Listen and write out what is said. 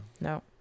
no